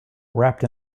wrapped